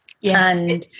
Yes